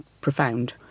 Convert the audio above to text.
profound